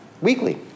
weekly